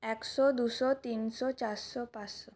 একশো দুশো তিনশো চারশো পাঁসশো